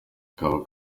akaba